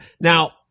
Now